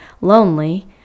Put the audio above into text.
lonely